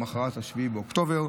למוחרת 7 באוקטובר,